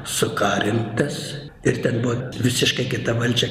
sukarintas ir ten buvo visiškai kita valdžia